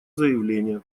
заявление